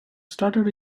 started